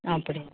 அப்படியா